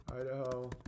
Idaho